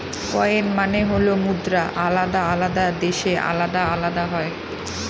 coin মানে হল মুদ্রা আলাদা আলাদা দেশে আলাদা আলাদা হয়